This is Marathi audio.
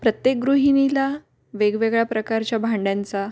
प्रत्येक गृहिणीला वेगवेगळ्या प्रकारच्या भांड्यांचा